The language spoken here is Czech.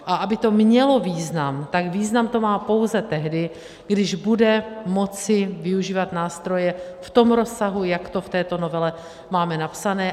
A aby to mělo význam, tak význam to má pouze tehdy, když bude moci využívat nástroje v tom rozsahu, jak to v této novele máme napsané.